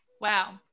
Wow